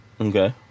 okay